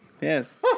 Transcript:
yes